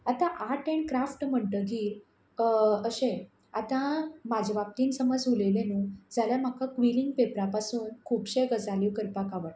आतां art and craft म्हणटगीर अशें आतां म्हजे बाबतीन समज उलयलें न्हू जाल्या म्हाका क्विलींग पेपरा पासून खुबशे गजाल्यो करपाक आवडटा